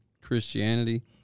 Christianity